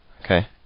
Okay